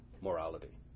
morality